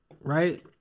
right